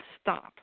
stop